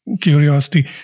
curiosity